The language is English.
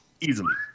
easily